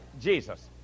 Jesus